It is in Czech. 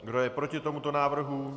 Kdo je proti tomuto návrhu?